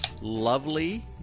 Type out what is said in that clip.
lovely